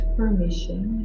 permission